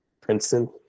Princeton